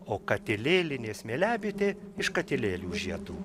o katilėlinė smėliabitė iš katilėlių žiedų